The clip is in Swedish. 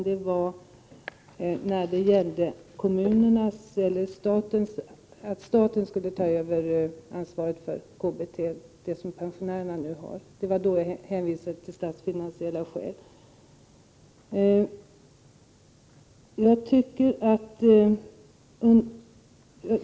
Det var då diskussionen handlade om att staten skulle ta över ansvaret för det kommunala bostadstillägg som pensionärerna nu har som jag hänvisade till statsfinansiella skäl.